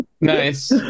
Nice